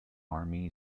army